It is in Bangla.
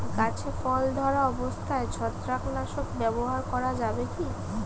গাছে ফল ধরা অবস্থায় ছত্রাকনাশক ব্যবহার করা যাবে কী?